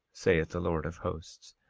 saith the lord of hosts.